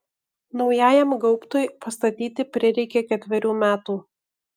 naujajam gaubtui pastatyti prireikė ketverių metų